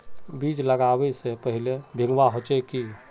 बीज लागबे से पहले भींगावे होचे की?